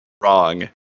Wrong